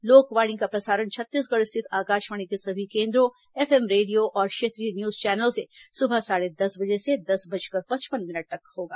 लोकवाणी का प्रसारण छत्तीसगढ़ स्थित आकाशवाणी के सभी केन्द्रों एफएम रेडियो और क्षेत्रीय न्यूज चैनलों से सुबह साढ़े दस बजे से दस बजकर पचपन मिनट तक होगा